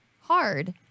hard